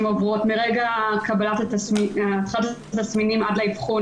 עוברות מרגע קבלת התסמינים עד לאבחון,